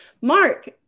Mark